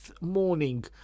morning